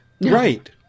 Right